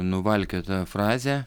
nuvalkiota frazė